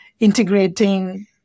integrating